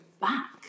back